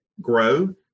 grow